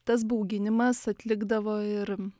tas bauginimas atlikdavo ir